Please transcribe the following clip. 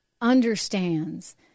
understands